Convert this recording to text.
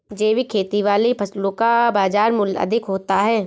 जैविक खेती वाली फसलों का बाज़ार मूल्य अधिक होता है